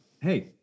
hey